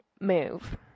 move